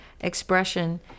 expression